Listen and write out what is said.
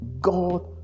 God